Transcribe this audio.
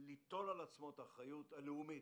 ליטול על עצמו את האחריות הלאומית.